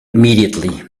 immediately